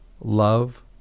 Love